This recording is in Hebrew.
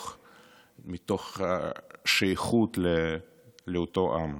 מתוך שייכות לאותו עם.